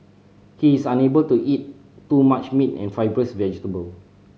he is unable to eat too much meat and fibrous vegetable